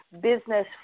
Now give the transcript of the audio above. business